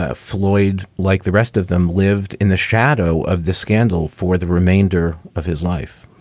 ah floyd, like the rest of them, lived in the shadow of the scandal for the remainder of his life